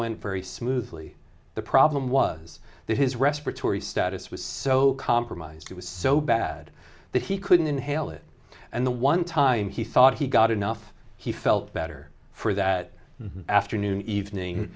went very smoothly the problem was that his respiratory status was so compromised it was so bad that he couldn't inhale it and the one time he thought he got enough he felt better for that afternoon evening